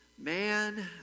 man